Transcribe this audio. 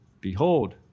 Behold